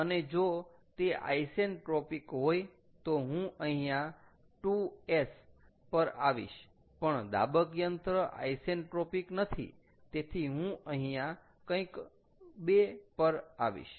અને જો તે આઈસેન્ટ્રોપિક હોય તો હું અહીંયા 2s પર આવીશ પણ દાબક યંત્ર આઈસેન્ટ્રોપિક નથી તેથી હું અહીંયા કંઈક 2 પર આવીશ